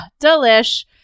delish